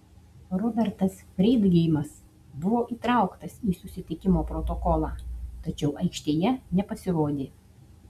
robertas freidgeimas buvo įtrauktas į susitikimo protokolą tačiau aikštėje nepasirodė